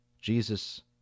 Jesus